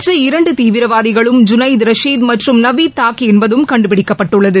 மற்ற இரண்டு தீவிரவாதிகளும் ஜூனைத் ரஷீத் மற்றும் நவீத் தாக் என்பதும் கண்டுபிடிக்கப்பட்டுள்ளது